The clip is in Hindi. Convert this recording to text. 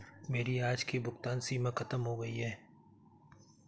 मेरी आज की भुगतान सीमा खत्म हो गई है